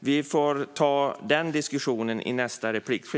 Vi får ta den diskussionen i nästa inlägg.